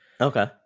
Okay